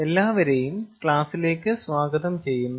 എല്ലാവരെയും ക്ലാസ്സിലേക്ക് സ്വാഗതം ചെയ്യുന്നു